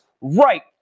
right